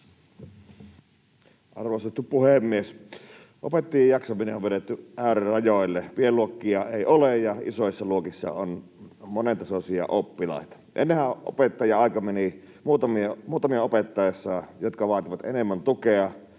Arvostettu puhemies! Opettajien jaksaminen on vedetty äärirajoille: pienluokkia ei ole, ja isoissa luokissa on monentasoisia oppilaita. Ennenhän opettajien aika meni muutamia opettaessa, jotka vaativat enemmän tukea,